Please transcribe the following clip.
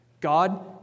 God